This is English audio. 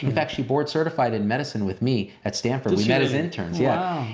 in fact, she board certified in medicine with me at stanford. we met as interns. yeah